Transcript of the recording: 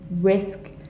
risk